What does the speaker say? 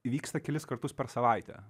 vyksta kelis kartus per savaitę